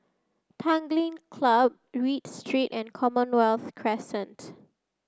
Tanglin Club Read Street and Commonwealth Crescent